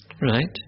right